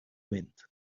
wind